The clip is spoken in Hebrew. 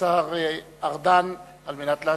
השר ארדן, על מנת להשיב.